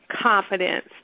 confidence